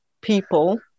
people